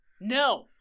no